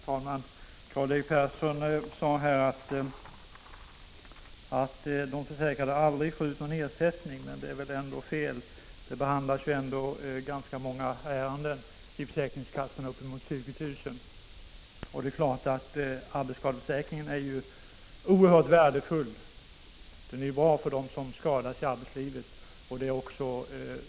Herr talman! Karl-Erik Persson sade nyss att de försäkrade aldrig får någon ersättning. Men det är väl ett felaktigt påstående. Försäkringskassorna har ändå ganska många ärenden att behandla — uppemot 20 000 ärenden. Självfallet är arbetsskadeförsäkringen oerhört värdefull för dem som skadas i arbetslivet.